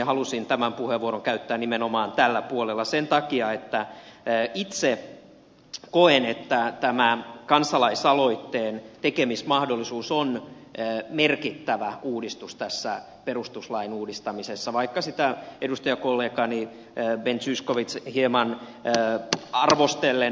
halusin tämän puheenvuoron käyttää nimenomaan tällä puolella sen takia että itse koen että tämä kansalaisaloitteen tekemismahdollisuus on merkittävä uudistus tässä perustuslain uudistamisessa vaikka sitä edustajakollegani ben zyskowicz hieman arvostellen pohtikin